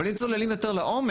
אבל אם צוללים יותר לעומק,